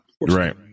right